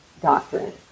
Doctrine